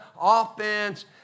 offense